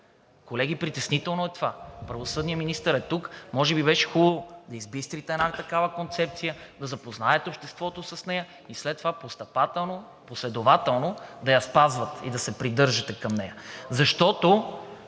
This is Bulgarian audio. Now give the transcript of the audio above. Колеги, притеснително е това. Правосъдният министър е тук. Може би беше хубаво да избистрите една такава концепция, да запознаете обществото с нея и след това постъпателно, последователно да я спазвате и да се придържате към нея. Защото